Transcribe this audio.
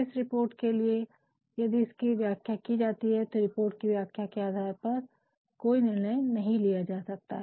इस रिपोर्ट के लिए यदि इसकी व्याख्या कि जाती है तो रिपोर्ट कि व्याख्या के आधार पर कोई निर्णय नहीं लिया जा सकता है